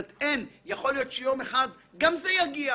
יכול להיות שיום אחד גם זה יגיע.